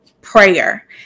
prayer